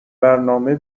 برنامه